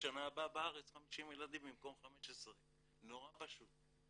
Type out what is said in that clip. בשנה הבאה בארץ 50 ילדים במקום 15. נורא פשוט.